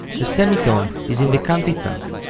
the semitone is in the cantizans,